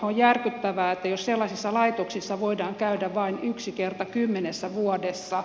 on järkyttävää jos sellaisissa laitoksissa voidaan käydä vain yhden kerran kymmenessä vuodessa